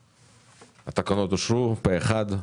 אושרו התקנות אושרו פה אחד.